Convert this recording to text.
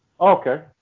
Okay